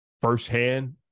firsthand